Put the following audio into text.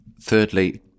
Thirdly